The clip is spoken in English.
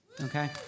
Okay